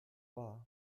war